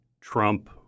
Trump